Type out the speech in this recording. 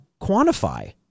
quantify